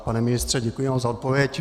Pane ministře, děkuji vám za odpověď.